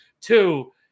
Two